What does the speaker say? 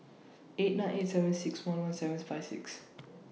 eight nine eight seven six one one seventh five six